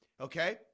Okay